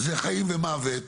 זה חיים ומוות.